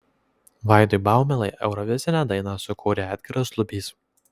vaidui baumilai eurovizinę dainą sukūrė edgaras lubys